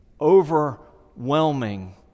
overwhelming